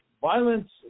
violence